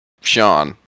Sean